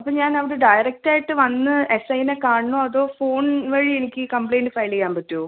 അപ്പം ഞാൻ അവിടെ ഡയറക്റ്റ് ആയിട്ട് വന്ന് എസ് എസ് നെ കാണണോ അതോ ഫോൺ വഴി എനിക്ക് ഈ കംപ്ലയിൻറ്റ് ഫയൽ ചെയ്യാൻ പറ്റുമോ